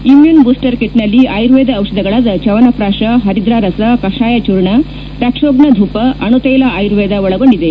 immune booster ಕಿಟ್ನಲ್ಲಿ ಆಯುರ್ವೇದ ಔಷಧಗಳಾದ ಚ್ಯವನಪ್ರಾಶ ಹರಿದ್ರಾರಸ ಕೆಷಾಯ ಚೂರ್ಣ ರಕ್ಷೋಫ್ನ ಧೂಪ ಅಣುತೈಲ ಆಯುರ್ವೇದ ಒಳಗೊಂಡಿದೆ